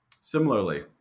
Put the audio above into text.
Similarly